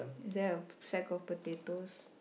is there a sack of potatoes